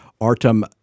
Artem